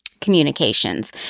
communications